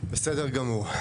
בסדר גמור.